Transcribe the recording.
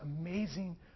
amazing